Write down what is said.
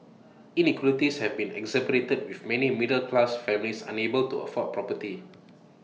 inequalities have been exacerbated with many middle class families unable to afford property